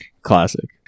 Classic